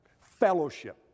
fellowship